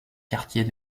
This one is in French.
quartier